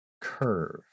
curve